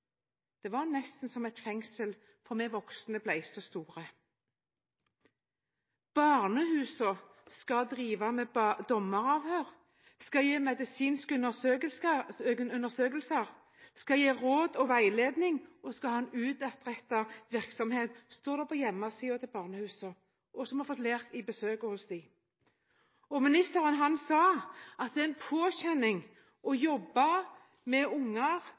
Det var nesten som et fengsel, for vi voksne ble så store. Barnehusene skal drive med dommeravhør, skal gjøre medisinske undersøkelser, skal gi råd og veiledning og skal ha en utadrettet virksomhet, står det på hjemmesiden til barnehusene, som vi har fått lære på besøk hos dem. Ministeren sa at det er en påkjenning å jobbe med unger